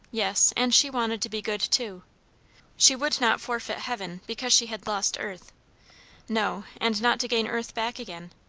yes, and she wanted to be good too she would not forfeit heaven because she had lost earth no, and not to gain earth back again.